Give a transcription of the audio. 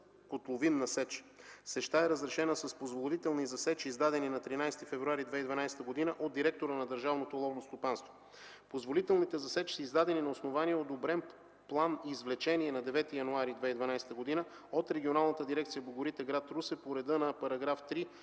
котловинна сеч. Сечта е разрешена с позволителни за сеч, издадени на 13 февруари 2012 г. от директора на Държавното ловно стопанство. Позволителните за сеч са издадени на основание одобрен план-извлечение на 9 януари 2012 г. от Регионалната дирекция по горите – гр. Русе по реда на § 3